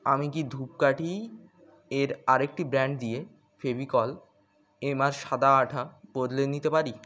আমি কি ধূপকাঠি এর আরেকটি ব্র্যান্ড দিয়ে ফেভিকল এমআর সাদা আঠা বদলে নিতে পারি